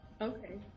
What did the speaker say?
okay